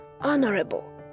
honorable